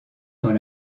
dans